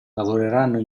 lavoreranno